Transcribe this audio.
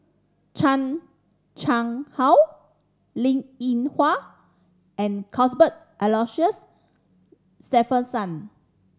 Chan Chang How Linn In Hua and Cuthbert Aloysius Shepherdson